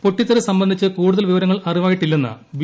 പൊട്ടിത്തെറി സംബന്ധിച്ച് കൂടുതൽ വിവരങ്ങൾ അറിവായിട്ടില്ലെന്ന് ബി